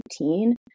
routine